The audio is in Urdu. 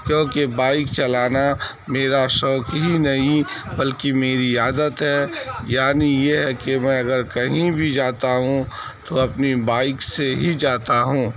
کیوں کہ بائک چلانا میرا شوق ہی نہیں بلکہ میری عادت ہے یعنی یہ ہے کہ میں اگر کہیں بھی جاتا ہوں تو اپنی بائک سے ہی جاتا ہوں